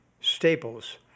staples